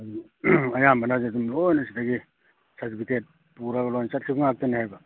ꯑꯗꯨ ꯑꯌꯥꯝꯕꯅꯗꯤ ꯑꯗꯨꯝ ꯂꯣꯏꯅ ꯁꯤꯗꯒꯤ ꯁꯥꯔꯇꯤꯐꯤꯀꯦꯠ ꯄꯨꯔꯒ ꯂꯣꯏ ꯆꯠꯈꯤꯕ ꯉꯥꯛꯇꯅꯦ ꯍꯥꯏꯕ